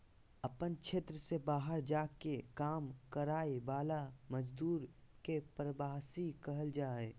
अपन क्षेत्र से बहार जा के काम कराय वाला मजदुर के प्रवासी कहल जा हइ